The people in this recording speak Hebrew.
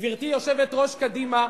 גברתי יושבת-ראש קדימה,